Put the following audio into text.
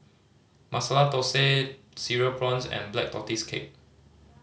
Masala Thosai Cereal Prawns and Black Tortoise Cake